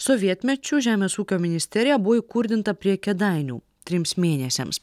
sovietmečiu žemės ūkio ministerija buvo įkurdinta prie kėdainių trims mėnesiams